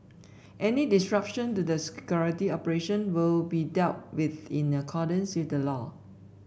any disruption to the security operation will be dealt with in accordance with the law